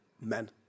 men